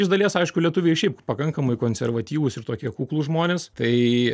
iš dalies aišku lietuviai ir šiaip pakankamai konservatyvūs ir tokie kuklūs žmonės tai